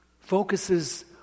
focuses